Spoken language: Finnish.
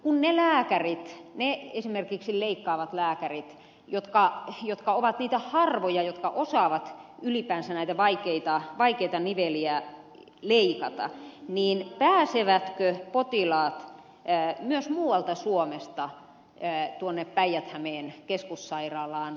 kun on esimerkiksi ne harvat leikkaavat lääkärit jotka jotka ovat niitä harvoja jotka osaavat ylipäänsä näitä vaikeita niveliä leikata pääsevätkö potilaat myös muualta suomesta päijät hämeen keskussairaalaan hoidettavaksi